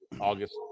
August